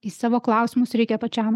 į savo klausimus reikia pačiam